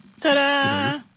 Ta-da